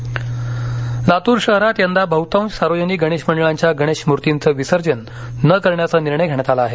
लातूर विसर्जन लातूर शहरात यंदा बहुतांश सार्वजनिक गणेश मंडळांच्या गणेश मूर्तीचं विसर्जन न करण्याचा निर्णय घेण्यात आला आहे